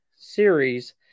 series